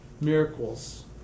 miracles